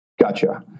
Gotcha